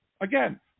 again